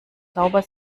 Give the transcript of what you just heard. sauber